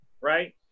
right